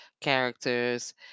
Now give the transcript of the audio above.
characters